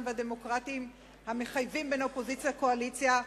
והדמוקרטיים המחייבים בין אופוזיציה לקואליציה,